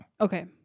Okay